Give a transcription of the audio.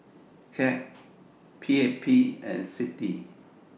CAG PAP and CITI